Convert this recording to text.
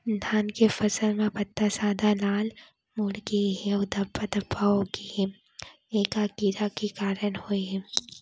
धान के फसल म पत्ता सादा, लाल, मुड़ गे हे अऊ धब्बा धब्बा होगे हे, ए का कीड़ा के कारण होय हे?